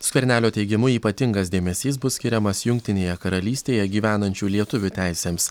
skvernelio teigimu ypatingas dėmesys bus skiriamas jungtinėje karalystėje gyvenančių lietuvių teisėms